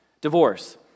divorce